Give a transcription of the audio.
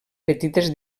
petites